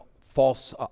false